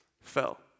fell